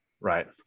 right